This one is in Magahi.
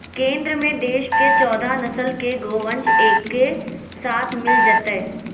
केंद्र में देश के चौदह नस्ल के गोवंश एके साथ मिल जयतय